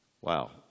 Wow